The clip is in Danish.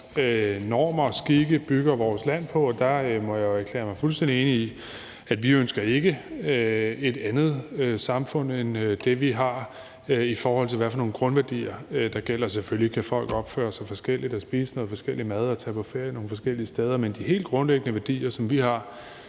normer og skikke bygger vores land på? Der må jeg jo erklære mig fuldstændig enig med forespørgerne. Vi ønsker ikke et andet samfund end det, vi har, i forhold til hvad for nogle grundværdier der gælder. Selvfølgelig kan folk opføre sig forskelligt, spise noget forskelligt mad og tage på ferie nogle forskellige steder, men de helt grundlæggende værdier, som vi har